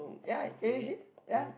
ya can you see ya